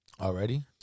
Already